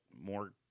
more